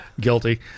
guilty